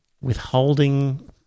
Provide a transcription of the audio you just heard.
withholding